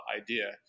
idea